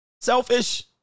selfish